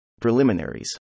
Preliminaries